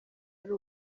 ari